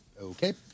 Okay